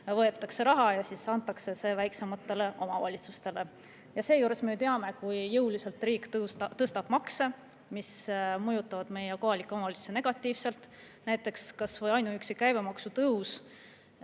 võetakse raha ja see antakse väiksematele omavalitsustele. Seejuures me teame, kui jõuliselt riik tõstab makse, mis mõjutavad meie kohalikke omavalitsusi negatiivselt. Näiteks kas või ainuüksi käibemaksutõus